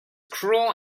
cruel